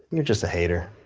you're just a hater.